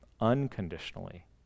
unconditionally